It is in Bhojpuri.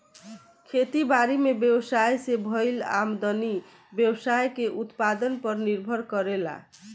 खेती बारी में व्यवसाय से भईल आमदनी व्यवसाय के उत्पादन पर निर्भर करेला